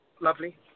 lovely